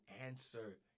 answer